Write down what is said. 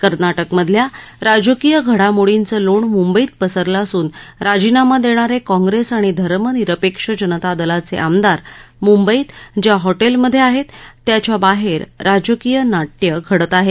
कर्नाटकमधल्या राजकीय घडामोडींचं लोण मुंबईत पसरलं असून राजीनामा देणारे काँप्रेस आणि धर्मनिरपेक्ष जनता दलाचे आमदार मुंबईत ज्या हॉटेलमधे आहेत त्याच्या बाहेर राजकीय नाट्य घडत आहे